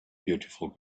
beautiful